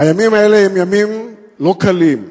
הימים האלה הם ימים לא קלים.